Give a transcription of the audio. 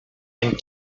and